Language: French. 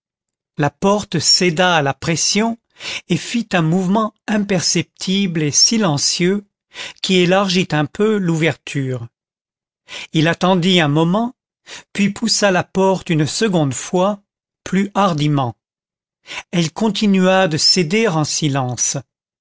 la porte céda à la pression et fit un mouvement imperceptible et silencieux qui élargit un peu l'ouverture il attendit un moment puis poussa la porte une seconde fois plus hardiment elle continua de céder en silence